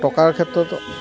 টকাৰ ক্ষেত্ৰত